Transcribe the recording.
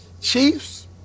Chiefs